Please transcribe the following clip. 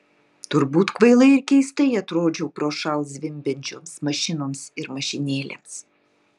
turbūt kvailai ir keistai atrodžiau prošal zvimbiančioms mašinoms ir mašinėlėms